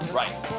right